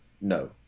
No